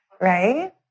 right